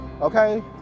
Okay